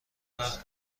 وقت